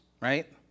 right